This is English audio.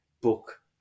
book